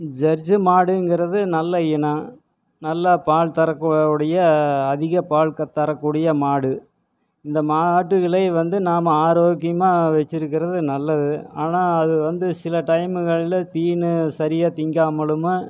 ஜர்ஜூ மாடுங்கிறது நல்ல இனம் நல்லா பால் தரக்கூடிய அதிக பால் தரக்கூடிய மாடு இந்த மாடுகளை வந்து நாம் ஆரோக்கியமாக வெச்சிருக்கிறது நல்லது ஆனால் அது வந்து சில டைமுகளில் தீனி சரியாக திங்காமலும்